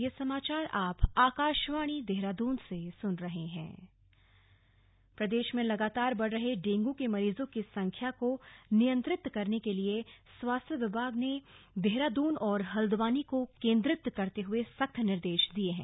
स्वास्थ्य विभाग डेंगु प्रदेश में लगातार बढ़ रहे डेंगू के मरीजों की संख्या को नियंत्रित करने के लिए स्वास्थ्य विभाग ने देहरादून और हल्द्वानी को केंद्रित करते हुए सख्त निर्देश दिए हैं